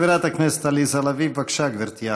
חברת הכנסת עליזה לביא, בבקשה, גברתי.